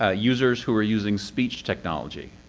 ah users who are using speech technology.